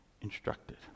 instructed